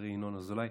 חברי ינון אזולאי,